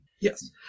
Yes